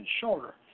shorter